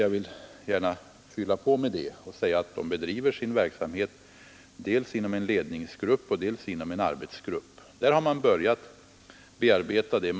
Jag vill gärna fylla på med att säga att verksamheten bedrivs dels inom en ledningsgrupp, dels inom en arbetsgrupp. Där har man börjat bearbeta ling.